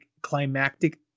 climactic